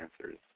answers